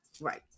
Right